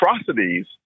atrocities